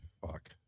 fuck